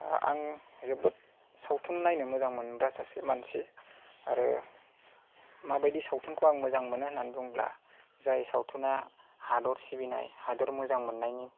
आं जोबोद सावथुन नायनो मोजां मोनग्रा सासे मानसि आरो माबायदि सावथुनखौ आं मोजां मोनो होननानै बुंब्ला जाय सावथुना हादर सिबिनाय हादर मोजां मोननायनि